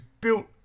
built